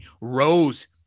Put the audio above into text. Rose